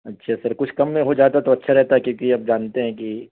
اچھا سر کچھ کم میں ہو جاتا تو اچھا رہتا کیونکہ آپ جانتے ہیں کہ